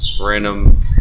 random